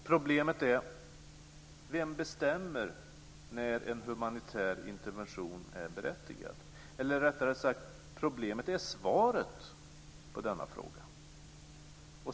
Problemet är: Vem bestämmer när en humanitär intervention är berättigad? Eller rättare sagt är problemet svaret på denna fråga.